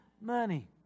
money